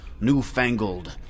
newfangled